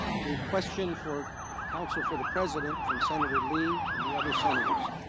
the question for counsel for the president from senator leahy and the other senators